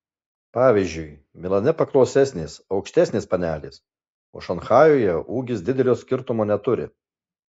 pavyzdžiui milane paklausesnės aukštesnės panelės o šanchajuje ūgis didelio skirtumo neturi